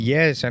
Yes